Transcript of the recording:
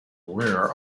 wear